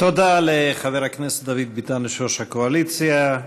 תודה לחבר הכנסת דוד ביטן, יושב-ראש הקואליציה.